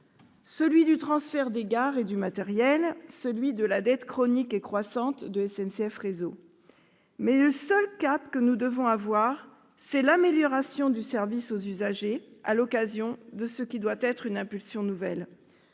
celui du transfert des gares et du matériel, celui de la dette chronique et croissante de SNCF Réseau. Mais le seul cap que nous devons avoir, c'est l'amélioration du service aux usagers, à l'occasion de ce qui doit être une impulsion nouvelle.